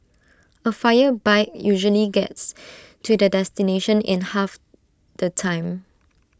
A fire bike usually gets to the destination in half the time